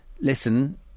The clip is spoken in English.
listen